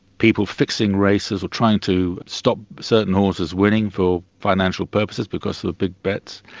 people fixing races or trying to stop certain horses winning for financial purposes, because there were big bets.